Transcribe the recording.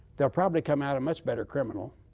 they'll probably come out a much better criminal.